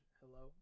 hello